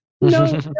no